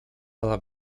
ala